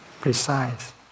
precise